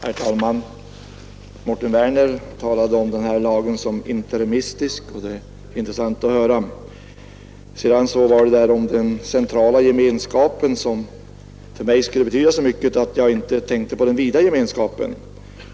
Herr talman! Herr Werner talade om denna lag som interimistisk, och det var intressant att höra. Sedan påstod han att den centrala gemenskapen skulle betyda så mycket för mig, att jag inte tänkte på den vidare gemenskapen.